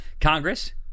Congress